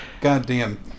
goddamn